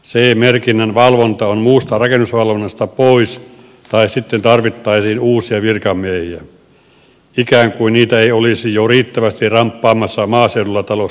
ce merkinnän valvonta on muusta rakennusvalvonnasta pois tai sitten tarvittaisiin uusia virkamiehiä ikään kuin niitä ei olisi jo riittävästi ramppaamassa maaseudulla talosta taloon